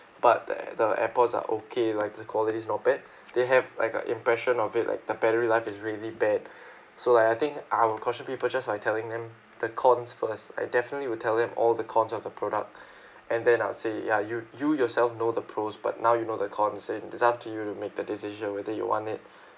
but the the airpods are okay like the qualities not bad they have like a impression of it like the battery life is really bad so like I think I I will cautiously purpose by telling them the cons first I definitely will tell them all the cons of the product and then I'll say ya you you yourself know the pros but now you know the cons and it's up to you to make the decision whether you want it